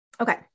Okay